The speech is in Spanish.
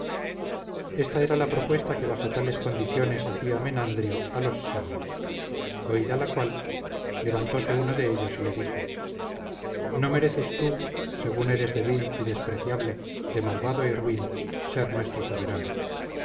esta era la propuesta que bajo tales condiciones hacía menandrio a los samios oída la cual levantóse uno de ellos y le dijo no mereces tú según eres de vil y despreciable de malvado y ruin ser nuestro soberano